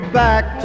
back